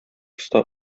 оста